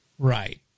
Right